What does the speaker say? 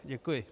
Děkuji.